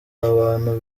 abantu